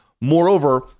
Moreover